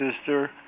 sister